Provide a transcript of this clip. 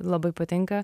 labai patinka